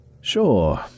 Sure